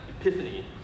epiphany